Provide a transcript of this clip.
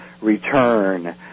return